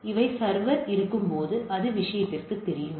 எனவே சர்வர் இருக்கும்போது அது விஷயத்திற்குத் தெரியும்